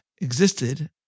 existed